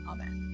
Amen